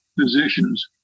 physicians